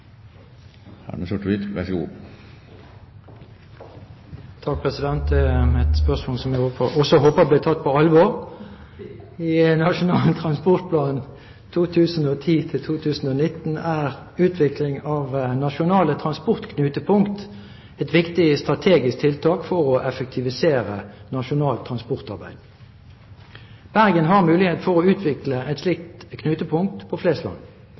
som jeg håper også blir tatt på alvor: «I Nasjonal transportplan 2010–2019 er utvikling av nasjonale transportknutepunkt et viktig strategisk tiltak for å effektivisere nasjonalt transportarbeid. Bergen har muligheten for å utvikle et slikt knutepunkt på Flesland.